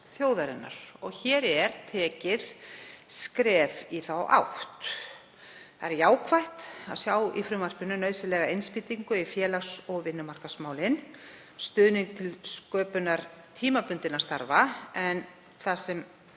þjóðarinnar. Hér er tekið skref í þá átt. Það er jákvætt að sjá í frumvarpinu nauðsynlega innspýtingu í félags- og vinnumarkaðsmálin og stuðning til sköpunar tímabundinna starfa, en það sem